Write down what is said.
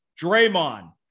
Draymond